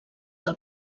del